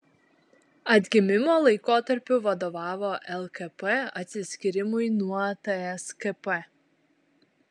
atgimimo laikotarpiu vadovavo lkp atsiskyrimui nuo tskp